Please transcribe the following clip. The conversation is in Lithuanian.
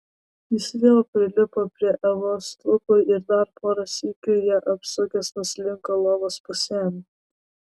jis vėl prilipo prie evos lūpų ir dar porą sykių ją apsukęs nuslinko lovos pusėn